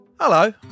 Hello